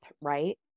right